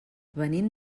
venim